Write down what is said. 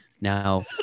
Now